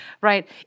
right